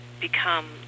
become